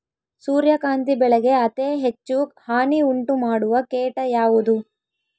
ಸೂರ್ಯಕಾಂತಿ ಬೆಳೆಗೆ ಅತೇ ಹೆಚ್ಚು ಹಾನಿ ಉಂಟು ಮಾಡುವ ಕೇಟ ಯಾವುದು?